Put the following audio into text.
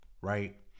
right